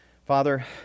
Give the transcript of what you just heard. Father